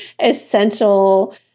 essential